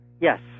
yes